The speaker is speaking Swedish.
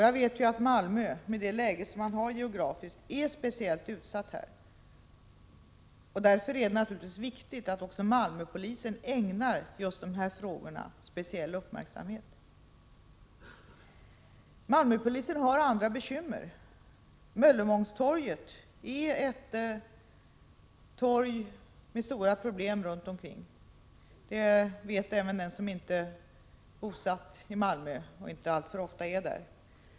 Jag vet att Malmö med sitt geografiska läge är speciellt utsatt, och det är naturligtvis viktigt att Malmöpolisen ägnar just dessa problem speciell uppmärksamhet. Malmöpolisen har även andra bekymmer. Möllevångstorget är ett. Att det är ett torg där stora problem förekommer vet även den som inte är bosatt i Malmö och inte alltför ofta är där.